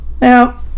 Now